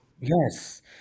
Yes